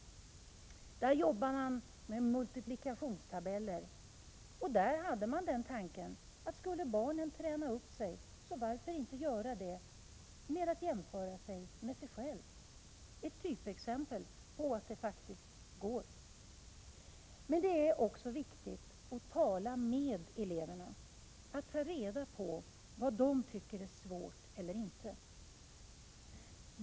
När man arbetade med multiplikationstabellen, utgick man från att eleverna jämförde sig med sig själva. Det är ett typexempel på att det faktiskt fungerar. Men det är också viktigt att tala med eleverna, att ta reda på vad de tycker är svårt och vad som inte är svårt.